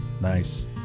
nice